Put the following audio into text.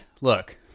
look